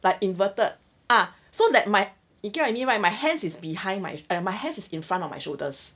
like inverted ah so that my you get what I mean right my hands is behind my my hands is in front of my shoulders